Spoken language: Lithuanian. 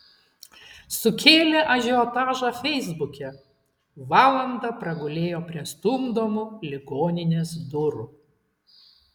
sukėlė ažiotažą feisbuke valandą pragulėjo prie stumdomų ligoninės durų